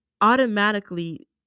automatically